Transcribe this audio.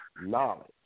knowledge